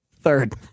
third